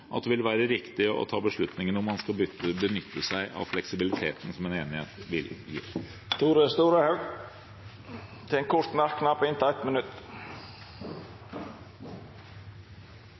den, det vil være riktig å ta beslutningen om man skal benytte seg av fleksibiliteten som en enighet vil gi. Representanten Tore Storehaug har hatt ordet to gonger tidlegare og får ordet til ein kort merknad, avgrensa til 1 minutt.